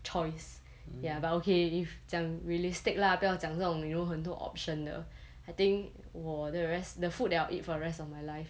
choice ya but okay if 讲 realistic lah 不要讲这种有很多 option 的 I think 我的 rest the food that I'll eat for the rest of my life